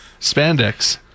Spandex